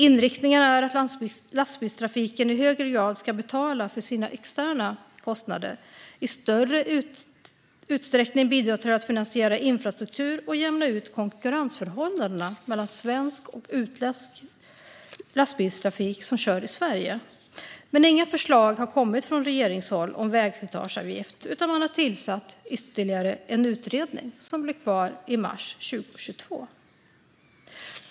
Inriktningen är att lastbilstrafiken i högre grad ska betala för sina externa kostnader och i större utsträckning bidra till att finansiera infrastruktur och jämna ut konkurrensförhållandena mellan svensk och utländsk lastbilstrafik som kör i Sverige. Men inget förslag har kommit från regeringshåll om vägslitageavgift, utan man tillsatte ytterligare en utredning som blev klar i mars 2022.